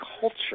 culture